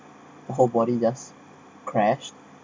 the whole body just crashed